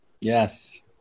yes